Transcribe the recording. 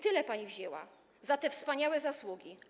Tyle pani wzięła za te wspaniałe zasługi.